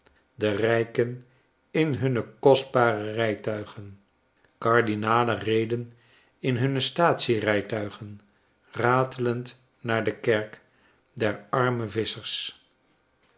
de rijken in hunne kostbaarste rijtuigen kardinalen reden in hunne staatsierijtuigen ratelend naar de kerk der armevisschers